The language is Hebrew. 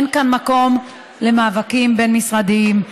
אין כאן מקום למאבקים בין משרדים,